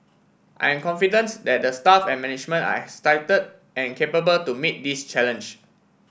I'm confidence that the staff and management are excited and capable to meet this challenge